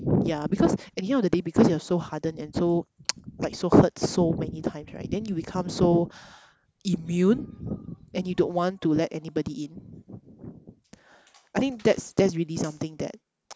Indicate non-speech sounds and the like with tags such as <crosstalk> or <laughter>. ya because at the end of the day because you are so hardened and so <noise> like so hurt so many times right then you become so immune and you don't want to let anybody in I think that's that's really something that <noise>